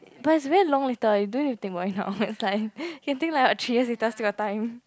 but it's very long later you don't need to think about it now it's like you can think like about three years later still got time